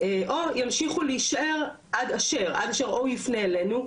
או ימשיכו להישאר עד אשר או הוא יפנה אלינו,